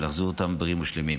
ולהחזיר אותם בריאים ושלמים.